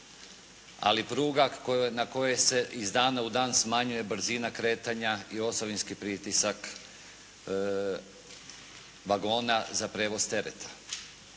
ali pruga na kojoj se iz dana u dan smanjuje brzina kretanja i osovinski pritisak vagona za prijevoz tereta.